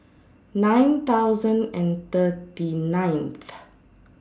nine thousand and thirty nineth